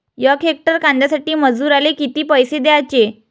यक हेक्टर कांद्यासाठी मजूराले किती पैसे द्याचे?